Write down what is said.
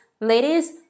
ladies